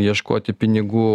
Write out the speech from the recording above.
ieškoti pinigų